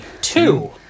Two